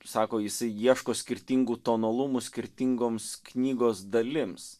sako jisai ieško skirtingų tonalumų skirtingoms knygos dalims